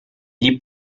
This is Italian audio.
gli